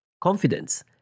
confidence